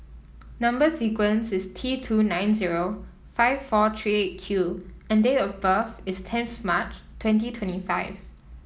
number sequence is T two nine zero five four three Eight Q and date of birth is tenth March twenty twenty five